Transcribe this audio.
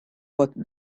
what